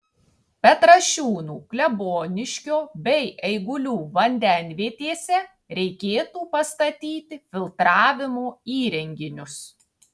petrašiūnų kleboniškio bei eigulių vandenvietėse reikėtų pastatyti filtravimo įrenginius